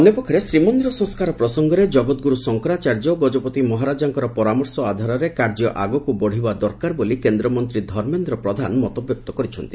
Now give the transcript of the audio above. ଅନ୍ୟ ପକ୍ଷରେ ଶ୍ରୀମନ୍ଦିର ସଂସ୍କାର ପ୍ରସଙ୍ଗରେ ଜଗତଗୁରୁ ଶଙ୍କରା ଚାର୍ଯ୍ୟ ଓ ଗଜପତି ମହାରାଜାଙ୍କର ପରାମର୍ଶ ଆଧାରରେ କାର୍ଯ୍ୟ ଆଗକୁ ବଢ଼ିବା ଦରକାର ବୋଲି କେନ୍ଦ୍ରମନ୍ତୀ ଧର୍ମେନ୍ଦ୍ର ପ୍ରଧାନ ମତବ୍ୟକ୍ତ କରିଛନ୍ତି